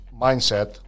mindset